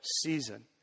season